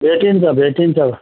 भेटिन्छ भेटिन्छ